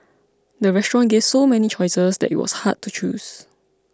the restaurant gave so many choices that it was hard to choose